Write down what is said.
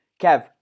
Kev